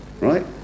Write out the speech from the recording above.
right